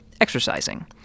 exercising